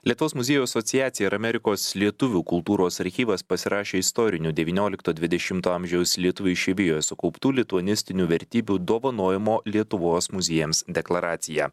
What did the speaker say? lietuvos muziejų asociacija ir amerikos lietuvių kultūros archyvas pasirašė istorinių devyniolikto dvidešimto amžiaus lietuvių išeivijoje sukauptų lituanistinių vertybių dovanojimo lietuvos muziejams deklaraciją